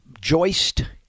joist